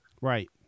Right